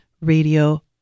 radio